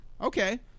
Okay